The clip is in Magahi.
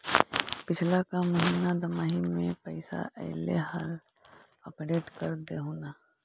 पिछला का महिना दमाहि में पैसा ऐले हाल अपडेट कर देहुन?